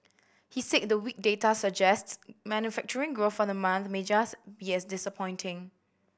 he said the weak data suggests manufacturing growth for the month may just be as disappointing